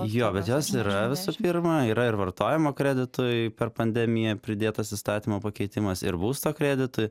jo bet jos yra visų pirma yra ir vartojimo kreditui per pandemiją pridėtas įstatymo pakeitimas ir būsto kreditui